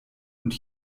und